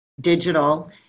digital